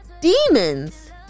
Demons